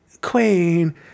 Queen